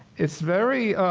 it's very,